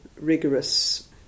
rigorous